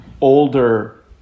older